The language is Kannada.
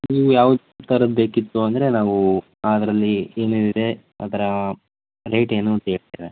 ನೀವು ಯಾವ ಥರದ್ದು ಬೇಕಿತ್ತು ಅಂದರೆ ನಾವು ಅದರಲ್ಲಿ ಏನೇನು ಇದೆ ಅದರ ರೇಟ್ ಏನು ಅಂತ ಹೇಳ್ತೇವೆ